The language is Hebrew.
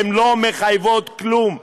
הן לא מחייבות כלום,